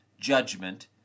judgment